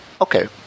Okay